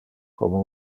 como